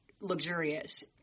luxurious